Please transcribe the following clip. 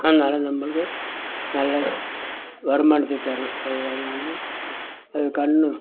அதனால நம்மளுக்கு நல்ல வருமானத்தை தரும் அது அதனால் அது கன்று